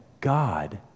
God